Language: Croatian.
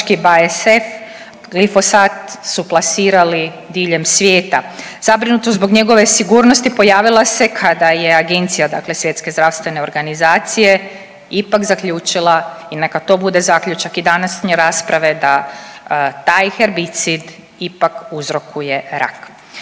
BSF glifosat su plasirali diljem svijeta. Zabrinutost zbog njegove sigurnosti pojavila se kada je agencija, dakle Svjetske zdravstvene organizacije ipak zaključila i neka to bude i zaključak i današnje rasprave da taj hebicid ipak uzrokuje rak.